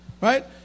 right